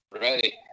Ready